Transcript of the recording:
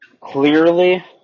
Clearly